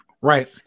Right